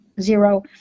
zero